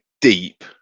deep